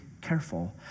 careful